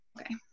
okay